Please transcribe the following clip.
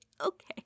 Okay